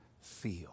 feel